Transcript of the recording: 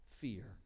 fear